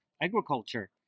agriculture